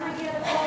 היה מגיע לפה,